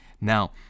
Now